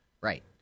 Right